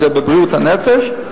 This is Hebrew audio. וזה בריאות הנפש,